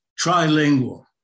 trilingual